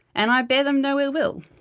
and i bear them no ill will.